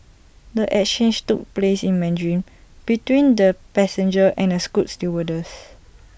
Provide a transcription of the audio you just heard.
the exchange took place in Mandarin between the passenger and A scoot stewardess